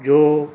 ਜੋ